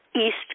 East